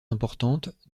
importantes